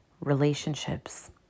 relationships